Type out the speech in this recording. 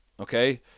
Okay